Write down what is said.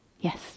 Yes